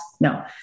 No